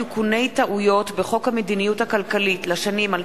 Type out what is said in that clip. ההצעה תועבר להכנתה לקריאה ראשונה בוועדת הכלכלה של הכנסת.